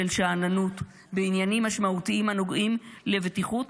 של שאננות --- בעניינים משמעותיים הנוגעים לבטיחות